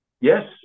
Yes